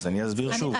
אז אני אסביר שוב.